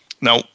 Now